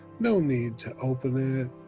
no need to open it,